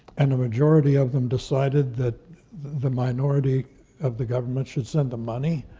and the majority of them decided that the minority of the governments should send them money.